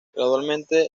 gradualmente